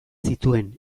zituen